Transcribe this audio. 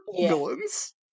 villains